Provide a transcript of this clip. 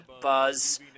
Buzz